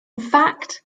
fact